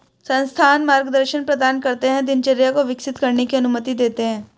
संस्थान मार्गदर्शन प्रदान करते है दिनचर्या को विकसित करने की अनुमति देते है